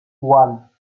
one